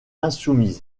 insoumis